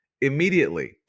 immediately